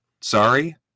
Sorry